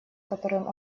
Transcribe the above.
которым